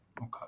Okay